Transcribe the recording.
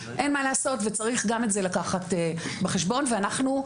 אין מה לעשות וצריך גם את זה לקחת בחשבון ואנחנו,